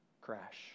crash